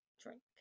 drink